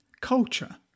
Culture